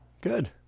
Good